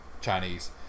Chinese